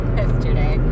yesterday